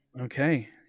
okay